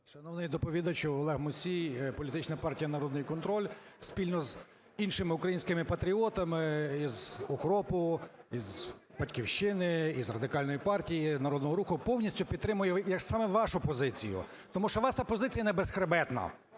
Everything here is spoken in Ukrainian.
Шановний доповідачу! Олег Мусій, політична партія "Народний контроль". Спільно з іншими українськими патріотами із "УКРОПу", із "Батьківщини", із Радикальної партії, Народного Руху повністю підтримую саме вашу позицію, тому що ваша позиція не безхребетна,